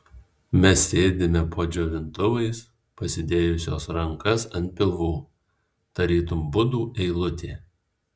mes sėdime po džiovintuvais pasidėjusios rankas ant pilvų tarytum budų eilutė